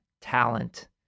talent